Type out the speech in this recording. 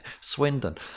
Swindon